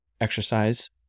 Exercise